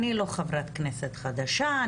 אני לא חברת כנסת חדשה,